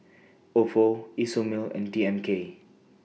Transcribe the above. Ofo Isomil and D M K